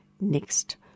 next